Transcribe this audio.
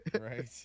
right